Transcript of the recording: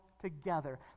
together